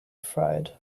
fried